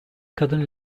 kadın